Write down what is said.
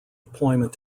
deployment